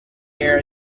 air